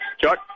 Chuck